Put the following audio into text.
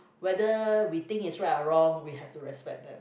whether we think is right or wrong we have to respect them